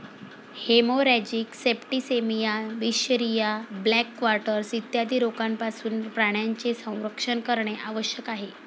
haemorrhagic septicaemia, बिशरिया, black quarters इत्यादी रोगांपासून प्राण्यांचे संरक्षण करणे आवश्यक आहे